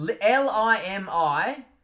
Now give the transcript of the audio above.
L-I-M-I